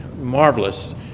marvelous